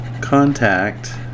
contact